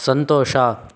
ಸಂತೋಷ